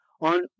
on